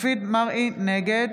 נגד